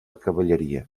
cavalleria